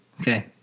Okay